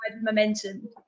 momentum